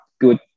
good